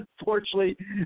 unfortunately